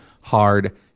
hard